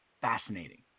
fascinating